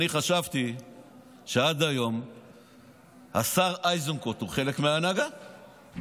אני חשבתי עד היום שהשר איזנקוט הוא חלק מההנהגה,